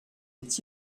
est